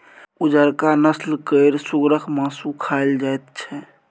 उजरका नस्ल केर सुगरक मासु खाएल जाइत छै